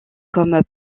comme